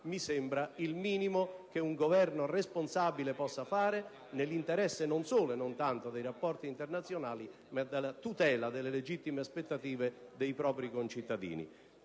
mi sembra il minimo che un Governo responsabile possa fare nell'interesse, non solo e non tanto dei rapporti internazionali, ma della tutela delle legittime aspettative dei propri concittadini.